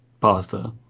pasta